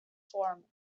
form